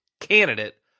candidate